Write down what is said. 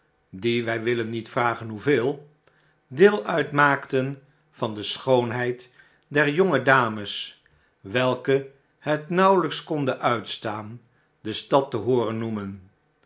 die wij willen niet vragen hoeveel deel uitmaakten van de schoonheid der jonge dames welke het nauwelijks konden uitstann de stad te hooren noemen